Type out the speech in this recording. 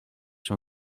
się